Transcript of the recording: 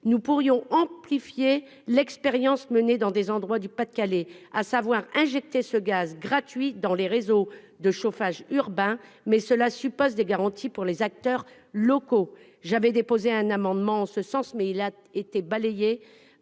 Nous pourrions amplifier l'expérience menée par endroits dans le Pas-de-Calais, à savoir injecter ce gaz gratuit dans les réseaux de chauffage urbain, mais cela suppose que l'on apporte des garanties aux acteurs locaux. J'avais déposé un amendement en ce sens, mais il a été déclaré